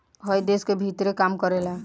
हइ देश के भीतरे काम करेला